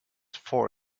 for